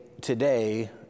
today